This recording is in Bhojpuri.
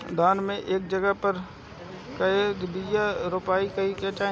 धान मे एक जगही पर कएगो बिया रोपे के चाही?